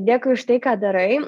dėkui už tai ką darai